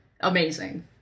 amazing